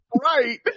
Right